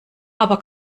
aber